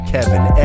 Kevin